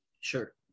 Sure